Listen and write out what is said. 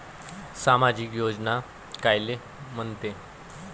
सामाजिक योजना कायले म्हंते?